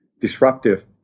disruptive